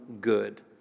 good